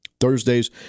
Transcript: Thursday's